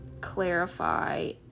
clarify